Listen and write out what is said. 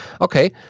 Okay